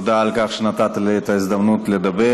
תודה על כך שנתת לי את ההזדמנות לדבר.